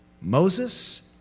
Moses